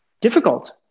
difficult